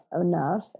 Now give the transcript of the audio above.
enough